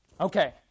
Okay